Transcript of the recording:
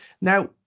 Now